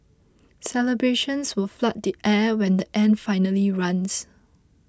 celebrations will flood the air when the end finally runs